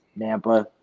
Nampa